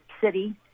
city